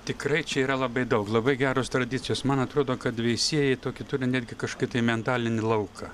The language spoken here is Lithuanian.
tikrai čia yra labai daug labai geros tradicijos man atrodo kad veisiejai tokį turi netgi kažkokį tai į mentalinį lauką